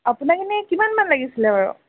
আপোনাক এনেই কিমানমান লাগিছিলে বাৰু